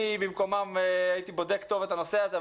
אני במקומם הייתי בודק טוב את הנושא הזה,